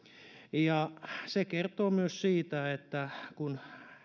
se kertoo myös siitä että kun